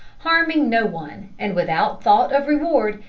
harming no one, and without thought of reward,